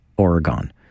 Oregon